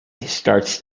starts